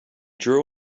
drew